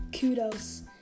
Kudos